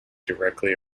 directly